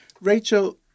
Rachel